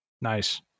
nice